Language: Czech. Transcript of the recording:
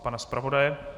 Pana zpravodaje?